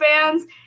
fans